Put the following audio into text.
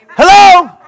hello